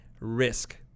risk